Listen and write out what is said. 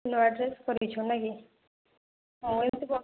ନୂଆ ଡ୍ରେସ୍ କରିଛୁ ନାଇଁ କି ହଁ ଏମିତି ବସିଛି